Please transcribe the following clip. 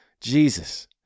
Jesus